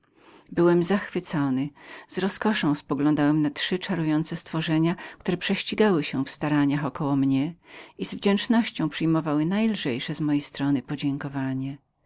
byłem w zachwyceniu z rozkoszą poglądałem na te trzy czarowne stworzenia które prześcigały się w staraniach około mnie i z wdzięczności przyjmowały najlżejsze z mojej strony podziękowanie